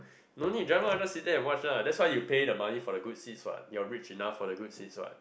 no need jump lah just sit there and watch lah that's why you pay the money for the good seats what you are rich enough for the good seats what